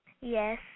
Yes